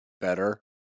better